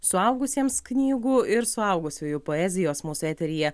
suaugusiems knygų ir suaugusiųjų poezijos mūsų eteryje